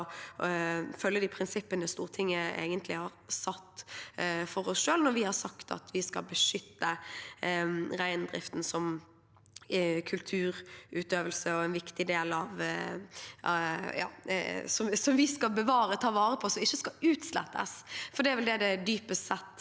å følge de prinsippene Stortinget egentlig har satt for seg selv, når vi har sagt at vi skal beskytte reindriften som kulturutøvelse og som viktig, noe vi skal ta vare på, noe som ikke skal utslettes. For det er vel det det dypest sett